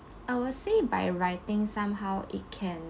I will say by writing somehow it can